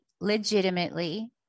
legitimately –